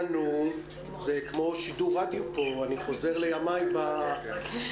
זה כמו שידור רדיו פה, אני חוזר לימיי ברדיו.